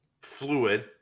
fluid